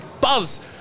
Buzz